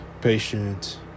patient